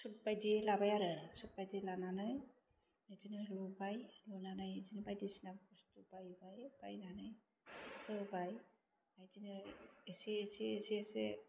सुट बायदि लाबाय आरो सुट बायदि लानानै बिदिनो लुबाय लुनानै बायदिसिना बस्टु बायबाय बायनानै होबाय आमफ्राइ बिदिनो एसे एसे एसे